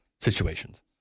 situations